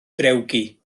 drewgi